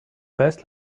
best